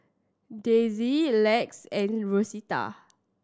Daisye Lex and Rosita